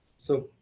so